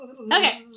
Okay